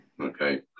okay